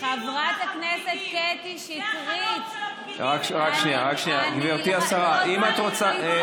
חברת הכנסת קטי שטרית, והכשילו אותך הפקידים.